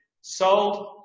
sold